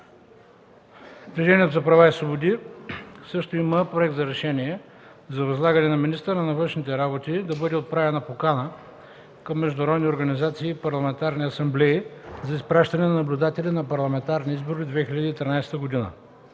Движението за права и свободи също има Проект за решение за възлагане на министъра на външните работи да бъде отправена покана към международни организации и парламентарни асамблеи за изпращане на наблюдатели на Парламентарни избори 2013 г.